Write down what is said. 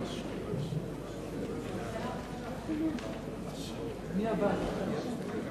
חוק העונשין (תיקון מס' 104), התש"ע 2010, נתקבל.